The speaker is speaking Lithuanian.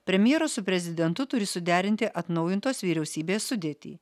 premjeras su prezidentu turi suderinti atnaujintos vyriausybės sudėtį